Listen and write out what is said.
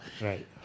Right